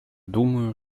думаю